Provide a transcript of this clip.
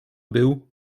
był